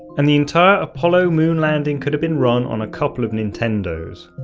and the entire apollo moon landing could have been run on a couple of nintendos.